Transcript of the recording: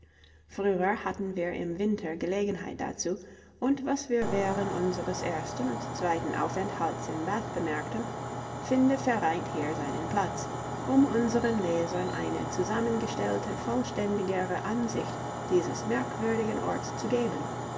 früher hatten wir im winter gelegenheit dazu und was wir während unseres ersten und zweiten aufenthalts in bath bemerkten finde vereint hier seinen platz um unseren lesern eine zusammengestellte vollständigere ansicht dieses merkwürdigen orts zu geben